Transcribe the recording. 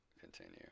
Continue